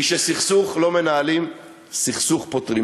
היא שסכסוך לא מנהלים, סכסוך פותרים.